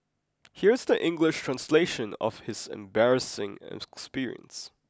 here is the English translation of his embarrassing experience